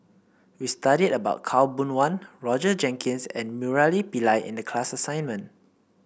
we studied about Khaw Boon Wan Roger Jenkins and Murali Pillai in the class assignment